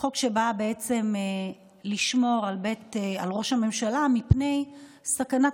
זה חוק שבא לשמור על ראש הממשלה מפני סכנת